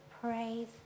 praise